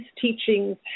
teachings